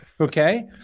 Okay